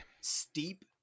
Steep